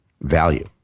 Value